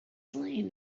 slain